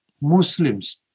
Muslims